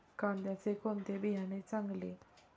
कांद्याचे कोणते बियाणे चांगले?